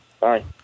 Bye